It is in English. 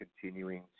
continuing